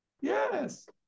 Yes